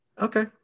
Okay